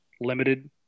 Limited